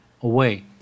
away